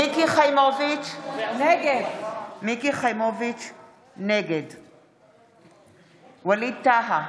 (קוראת בשמות חברי הכנסת) מיקי חיימוביץ' נגד ווליד טאהא,